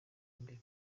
imbere